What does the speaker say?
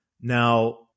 Now